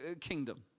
kingdom